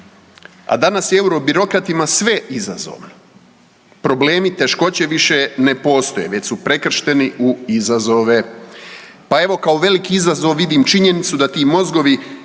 a danas je eurobirokratima sve izazov, problemi i teškoće više ne postoje već su prekršteni u izazove. Pa evo kao veliki izazov vidim činjenicu da ti mozgovi